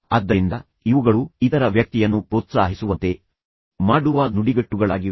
ಆದ್ದರಿಂದ ಇವುಗಳು ಇತರ ವ್ಯಕ್ತಿಯನ್ನು ಪ್ರೋತ್ಸಾಹಿಸುವಂತೆ ಮಾಡುವ ನುಡಿಗಟ್ಟುಗಳಾಗಿವೆ